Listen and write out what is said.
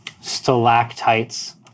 stalactites